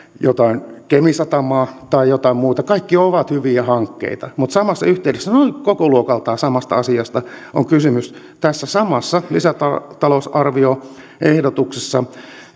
kemin satamaa tai jotain muuta kaikki ovat hyviä hankkeita mutta samassa yhteydessä noin kokoluokaltaan samasta asiasta on kysymys kun tässä samassa lisätalousarvioehdotuksessa